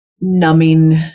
numbing